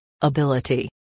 ability